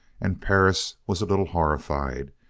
and perris was a little horrified.